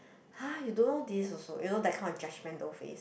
!huh! you don't know this also you know that kind of judgemental face